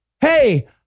Hey